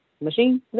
Machine